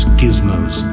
gizmos